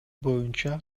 боюнча